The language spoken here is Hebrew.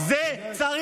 אתה צודק.